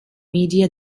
media